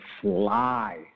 fly